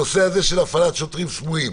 הנושא הזה של הפעלת שוטרים סמויים,